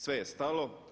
Sve je stalo.